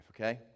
okay